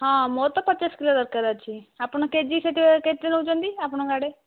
ହଁ ମୋର ତ ପଚାଶ କିଲୋ ଦରକାର ଅଛି ଆପଣ କେଜି ସେହିଠି କେତେ ନେଉଛନ୍ତି ଆପଣଙ୍କ ଆଡ଼େ